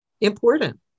important